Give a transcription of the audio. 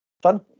fun